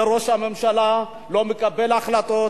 זה ראש ממשלה שלא מקבל החלטות,